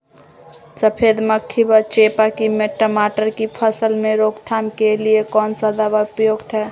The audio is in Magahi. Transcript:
सफेद मक्खी व चेपा की टमाटर की फसल में रोकथाम के लिए कौन सा दवा उपयुक्त है?